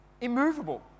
immovable